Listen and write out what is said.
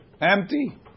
Empty